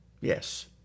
Yes